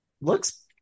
looks